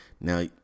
Now